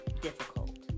difficult